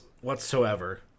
whatsoever